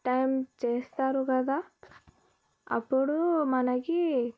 time చేస్తారు కదా అప్పుడు మనకి